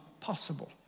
possible